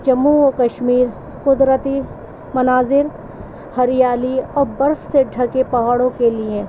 جموں و کشمیر قدرتی مناظر ہریالی اور برف سے ڈھکے پہاڑوں کے لیے